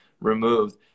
removed